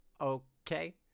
Okay